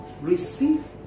Receive